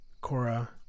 Cora